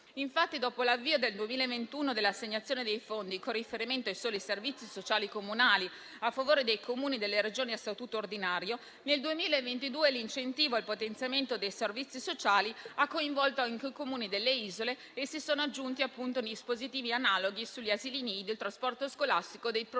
Infatti, dopo l'avvio nel 2021 dell'assegnazione dei fondi con riferimento ai soli servizi sociali comunali a favore dei Comuni delle Regioni a Statuto ordinario, nel 2022 l'incentivo al potenziamento dei servizi sociali ha coinvolto anche i Comuni delle isole e si sono aggiunti appunto dispositivi analoghi sugli asili nido e sul trasporto scolastico degli studenti